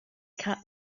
cat